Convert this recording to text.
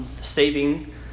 saving